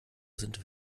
sind